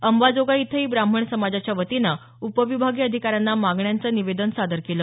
अंबाजोगाई इथंही ब्राह्मण समाजाच्यावतीनं उपविभागीय अधिकाऱ्यांना मागण्याचं निवेदन सादर केलं